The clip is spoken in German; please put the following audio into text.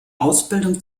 ausbildung